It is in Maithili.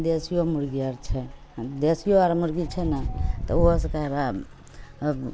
देशिओ मुर्गी आर छै देशिओ आर मुर्गी छै ने तऽ ओहो सबके ओएह